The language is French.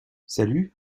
salut